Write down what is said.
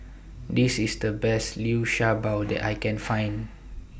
This IS The Best Liu Sha Bao that I Can Find